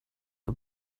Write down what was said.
the